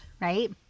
right